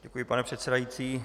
Děkuji, pane předsedající.